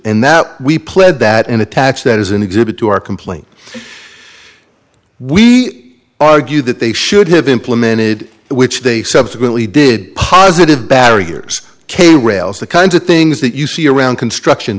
and that we pled that and attach that as an exhibit to our complaint we argue that they should have implemented that which they subsequently did positive barriers k rails the kinds of things that you see around construction